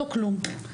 לא כלום.